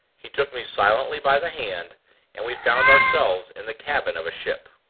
he took me silently by the hand and we found ourselves in the cabin of a ship.